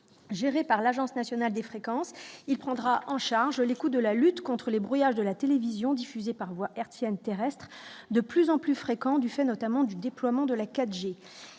géré par l'Agence nationale des fréquences, il prendra en charge les coûts de la lutte contre les brouillages de la télévision diffusée par voie hertzienne terrestre de plus en plus fréquent du fait notamment du déploiement de la 4